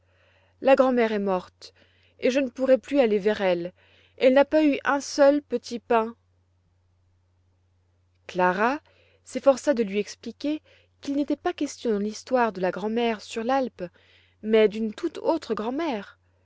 la grand'mère est morte et je ne pourrai plus aller vers elle et elle n'a pas eu un seul petit pain clara s'efforça de lui expliquer qu'il n'était pas question dans l'histoire de la grand'mère sur l'alpe mais d'une tout autre grand'mère